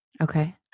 Okay